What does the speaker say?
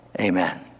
Amen